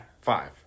Five